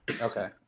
Okay